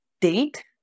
Date